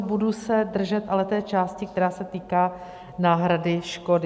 Budu se ale držet té části, která se týká náhrady škody.